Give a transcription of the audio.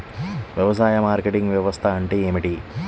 వ్యవసాయ మార్కెటింగ్ వ్యవస్థ అంటే ఏమిటి?